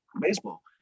baseball